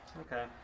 Okay